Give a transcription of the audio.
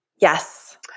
Yes